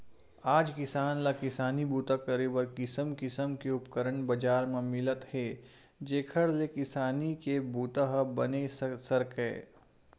आज किसान ल किसानी बूता करे बर किसम किसम के उपकरन बजार म मिलत हे जेखर ले किसानी के बूता ह बने सरकय